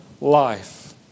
life